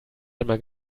einmal